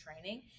training